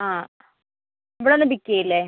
ആ ഇവിടെ വന്ന് പിക്ക് ചെയ്യില്ലേ